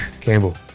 Campbell